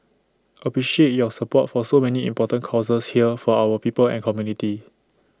appreciate your support for so many important causes here for our people and community